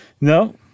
No